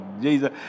Jesus